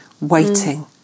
waiting